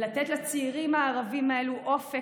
לתת לצעירים הערבים האלו אופק,